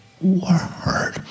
word